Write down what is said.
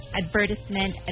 advertisement